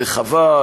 רחבה,